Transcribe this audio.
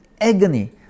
agony